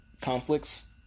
Conflicts